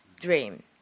dream